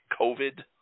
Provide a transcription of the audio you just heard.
COVID